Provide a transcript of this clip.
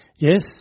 yes